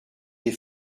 des